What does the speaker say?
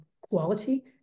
quality